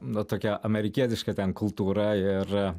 nu tokia amerikietiška ten kultūra ir